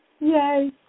Yay